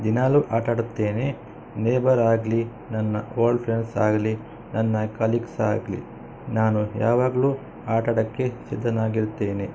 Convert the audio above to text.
ದಿನಾಲೂ ಆಟಾಡುತ್ತೇನೆ ನೇಬರ್ ಆಗಲಿ ನನ್ನ ಓಲ್ಡ್ ಫ್ರೆಂಡ್ಸ್ ಆಗಲಿ ನನ್ನ ಕಲೀಗ್ಸ್ ಆಗಲಿ ನಾನು ಯಾವಾಗಲೂ ಆಟಾಡೋಕ್ಕೆ ಸಿದ್ಧನಾಗಿರುತ್ತೇನೆ